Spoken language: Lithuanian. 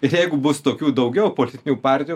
ir jeigu bus tokių daugiau politinių partijų